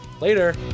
Later